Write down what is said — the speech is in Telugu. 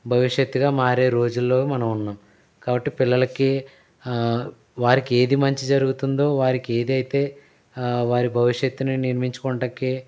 భవిష్యత్తుగా మారే రోజుల్లో మనం ఉన్నాం కాబట్టి పిల్లలకి వారికి ఏది మంచి జరుగుతుందో వారికి ఏదైతే వారి భవిష్యత్తును నిర్మించుకోవడానికి